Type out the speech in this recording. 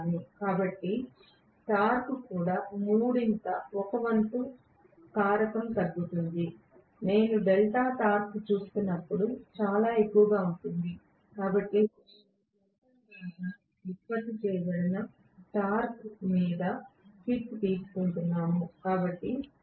కాబట్టి టార్క్ కూడా మూడింట ఒక వంతు కారకం తగ్గుతుంది నేను డెల్టా టార్క్ చూసినప్పుడు చాలా ఎక్కువగా ఉంటుంది కాబట్టి మేము యంత్రం ద్వారా ఉత్పత్తి చేయబడిన టార్క్ మీద హిట్ తీసుకుంటున్నాము కాని మేము కరెంట్ ను కూడా తగ్గిస్తున్నాము